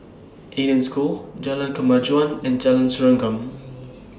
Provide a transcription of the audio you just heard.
Eden School Jalan Kemajuan and Jalan Serengam